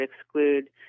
exclude